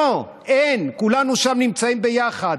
לא, אין, כולנו שם נמצאים ביחד.